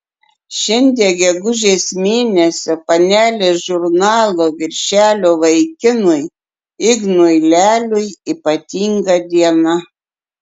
šiandien gegužės mėnesio panelės žurnalo viršelio vaikinui ignui leliui ypatinga diena